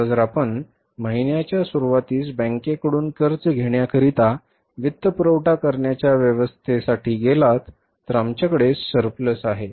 आता जर आपण महिन्याच्या सुरूवातीस बँकेकडून कर्ज घेण्याकरिता वित्तपुरवठा करण्याच्या व्यवस्थेसाठी गेलात तर आमच्याकडे surplus आहे